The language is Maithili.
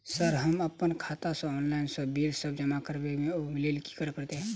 सर हम अप्पन खाता सऽ ऑनलाइन सऽ बिल सब जमा करबैई ओई लैल की करऽ परतै?